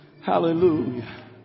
Hallelujah